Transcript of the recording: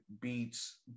beats